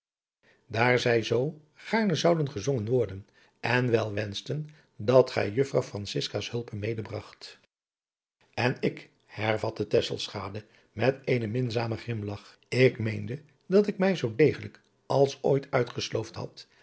daar zij zoo gaarne zouden gezongen worden en wel wenschten dat gij juffrouw francisca's hulpe medebragt en ik hetvatte tesselschade met eenen minzamen grimlach ik meende dat ik mij zoo degelijk als ooit uitgesloofd had